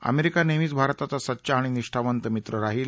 America नेहमीच भारताचा सच्चा आणि निष्ठावंत मित्र राहील